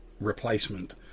replacement